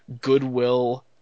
goodwill